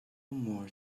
more